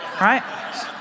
right